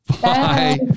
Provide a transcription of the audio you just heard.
Bye